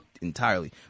entirely